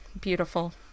beautiful